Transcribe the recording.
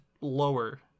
lower